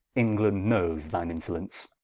england knowes thine insolence